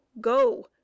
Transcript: go